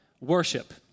worship